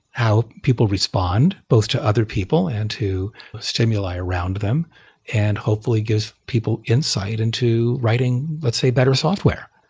how people respond both to other people and to stimuli around them and hopefully gives people insight into writing, let's say, better software.